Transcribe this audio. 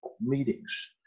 meetings